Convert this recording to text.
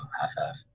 half-half